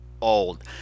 old